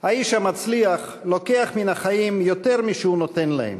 "האיש המצליח לוקח מן החיים יותר משהוא נותן להם,